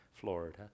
Florida